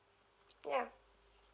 yeah